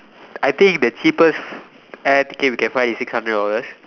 I think the cheapest air ticket we can find is six hundred dollars